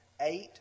eight